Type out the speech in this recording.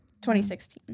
2016